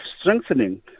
strengthening